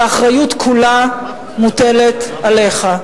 והאחריות כולה מוטלת עליך.